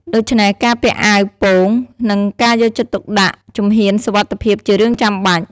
ដូច្នេះការពាក់អាវពោង និងការយកចិត្តទុកដាក់ជំហានសុវត្ថិភាពជារឿងចាំបាច់។